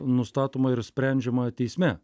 nustatoma ir sprendžiama teisme